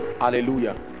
Hallelujah